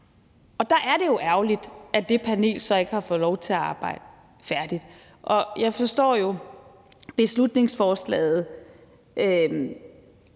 dag. Der er det jo ærgerligt, at det panel så ikke har fået lov til at arbejde færdig. Jeg forstår jo beslutningsforslaget